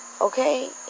Okay